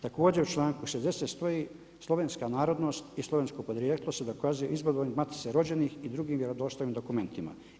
Također u članku 60. stoji: „Slovenska narodnost i slovensko podrijetlo se dokazuje izvodom iz matice rođenih i drugim vjerodostojnim dokumentima.